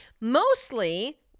Mostly